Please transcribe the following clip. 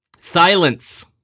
Silence